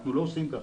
אנחנו לא עושים ככה.